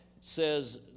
says